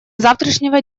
завтрашнего